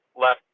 left